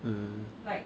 mm